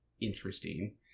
interesting